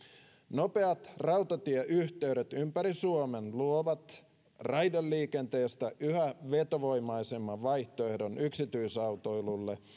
nopeat rautatieyhteydet ympäri suomen luovat raideliikenteestä yhä vetovoimaisemman vaihtoehdon yksityisautoilulle